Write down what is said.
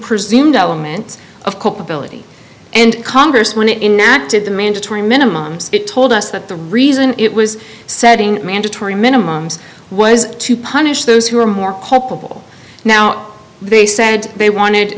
presumed element of culpability and congress when it inactive the mandatory minimum it told us that the reason it was setting mandatory minimums was to punish those who are more culpable now they said they wanted